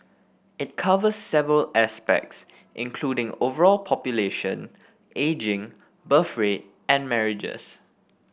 it covers several aspects including overall population ageing birth rate and marriages